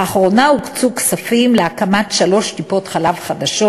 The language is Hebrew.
לאחרונה הוקצו כספים להקמת שלוש טיפות-חלב חדשות